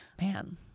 Man